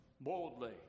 boldly